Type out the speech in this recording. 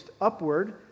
upward